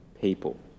people